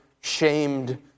shamed